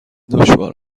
دشوار